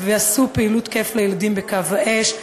ועשו פעילות כיף לילדים בקו האש,